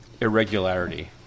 irregularity